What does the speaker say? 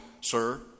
sir